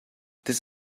this